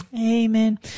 Amen